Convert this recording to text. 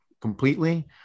completely